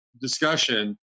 discussion